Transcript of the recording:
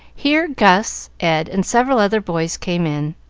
here gus, ed, and several other boys came in,